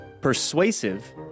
persuasive